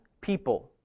people